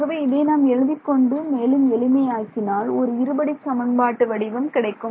ஆகவே இதை நாம் எழுதிக்கொண்டு மேலும் எளிமையாக்கினால் ஒரு இருபடிச் சமன்பாடு வடிவம் கிடைக்கும்